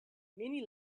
many